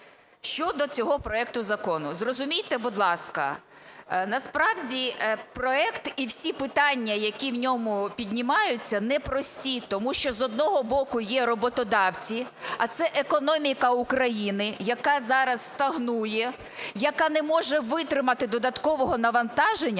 Щодо цього проекту закону. Зрозумійте, будь ласка, насправді проект і всі питання, які в ньому піднімаються, непрості. Тому що, з одного боку, є роботодавці, а це економіка України, яка зараз стагнує, яка не може витримати додаткового навантаження.